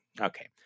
Okay